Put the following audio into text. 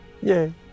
Yay